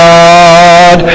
God